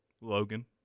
Logan